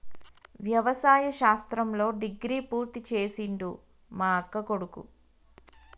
వ్యవసాయ శాస్త్రంలో డిగ్రీ పూర్తి చేసిండు మా అక్కకొడుకు